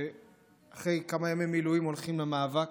שאחרי כמה ימי מילואים הולכים למאבק.